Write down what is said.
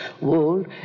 world